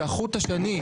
שחוט השני,